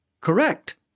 correct